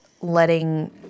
letting